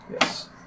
Yes